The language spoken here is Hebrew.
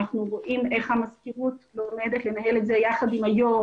אנחנו רואים איך המזכירות לומדת לנהל את זה יחד עם היושב ראש,